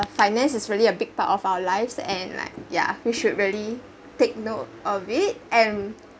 finance is really a big part of our lives and like yeah we should really take note of it and